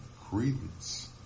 credence